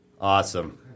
Awesome